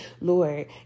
Lord